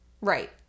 right